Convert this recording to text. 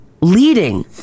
leading